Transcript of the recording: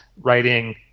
writing